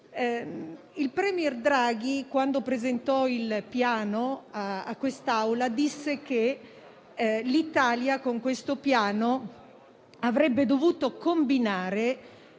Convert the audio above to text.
Il *premier* Draghi, quando presentò il Piano a quest'Assemblea, disse che l'Italia con esso avrebbe dovuto combinare